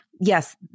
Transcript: yes